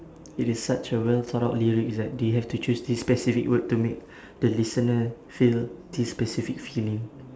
it is such a well thought out lyrics that they have to choose this specific word to make the listener feel this specific feeling